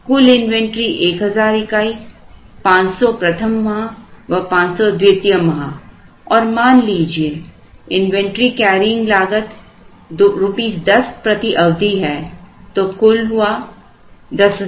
कुल इन्वेंटरी 1000 इकाई 500 प्रथम माह व 500 द्वितीय माह और मान लीजिए इन्वेंटरी कैरिंग लागत ₹10 प्रति अवधि तो कुल हुआ 10000